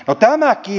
no tämäkin